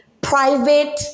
private